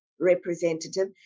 representative